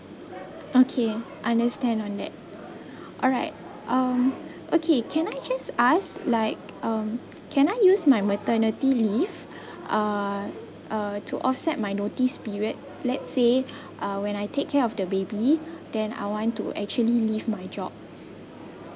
okay understand on that alright um okay can I just ask like um can I use my maternity leave uh uh to offset my notice period let's say uh when I take care of the baby then I want to actually leave my job